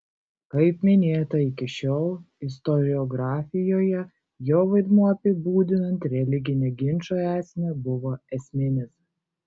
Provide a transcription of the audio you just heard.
kaip minėta iki šiol istoriografijoje jo vaidmuo apibūdinant religinę ginčo esmę buvo esminis